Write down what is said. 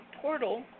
Portal